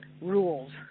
rules